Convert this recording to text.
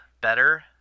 better